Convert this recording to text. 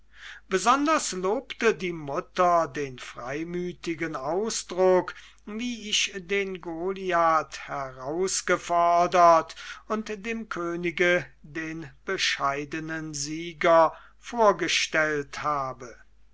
besonders lobte die mutter den freimütigen ausdruck wie ich den goliath herausgefordert und dem könige den bescheidenen sieger vorgestellt habe